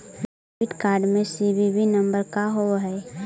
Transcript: Debit card में CVV number का होव हइ?